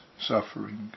suffering